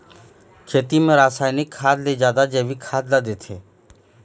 खेती म रसायनिक खाद ले जादा जैविक खाद ला देथे